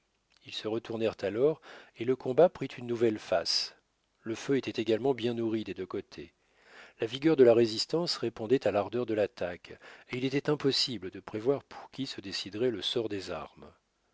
ils se retournèrent alors et le combat prit une nouvelle face le feu était également bien nourri des deux côtés la vigueur de la résistance répondait à l'ardeur de l'attaque et il était impossible de prévoir pour qui se déciderait le sort des armes